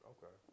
Okay